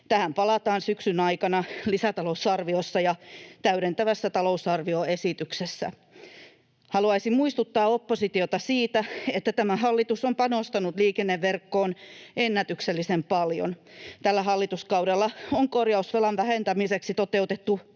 Tähän palataan syksyn aikana lisätalousarviossa ja täydentävässä talousarvioesityksessä. Haluaisin muistuttaa oppositiota siitä, että tämä hallitus on panostanut liikenneverkkoon ennätyksellisen paljon. Tällä hallituskaudella on korjausvelan vähentämiseksi toteutettu